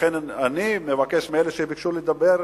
לכן אני מבקש מאלה שביקשו לדבר,